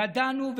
ידענו,